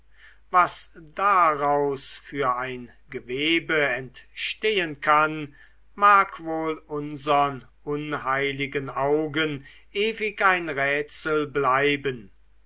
was daraus für ein gewebe entstehen kann mag wohl unsern unheiligen augen ewig ein rätsel bleiben